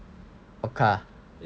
what car